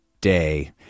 Day